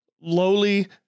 lowly